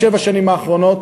בשבע השנים האחרונות,